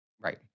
Right